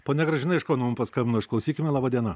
ponia gražina iš kauno mum paskambino išklausykime laba diena